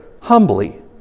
humbly